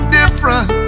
different